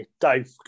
Dave